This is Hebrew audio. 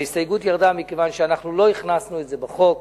וההסתייגות ירדה כיוון שאנחנו לא הכנסנו את זה לחוק.